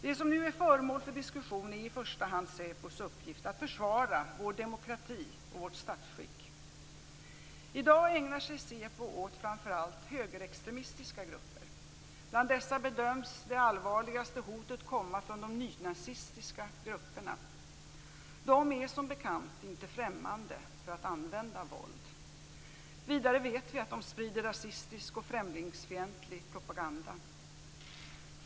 Det som nu är föremål för diskussion är i första hand SÄPO:s uppgift att försvara vår demokrati och vårt statsskick. I dag ägnar sig SÄPO åt framför allt högerextremistiska grupper. Bland dessa bedöms det allvarligaste hotet komma från de nynazistiska grupperna. De är som bekant inte främmande för att använda våld. Vidare vet vi att de sprider rasistisk och främlingsfientlig propaganda.